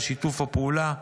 על שיתוף הפעולה,